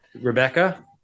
Rebecca